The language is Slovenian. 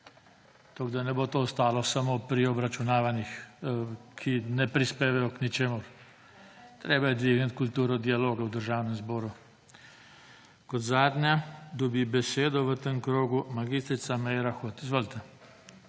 Toliko, da ne bo to ostalo samo pri obračunavanjih, ki ne prispevajo k ničemer. Treba je dvigniti kulturo dialoga v Državnem zboru. Kot zadnja dobi besedo v tem krogu mag. Meira Hot. Izvolite.